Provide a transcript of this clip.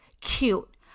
Cute